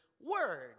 word